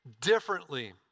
differently